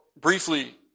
briefly